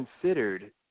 considered